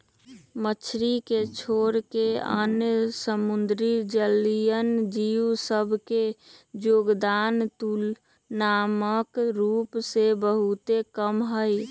मछरी के छोरके आन समुद्री जलीय जीव सभ के जोगदान तुलनात्मक रूप से बहुते कम हइ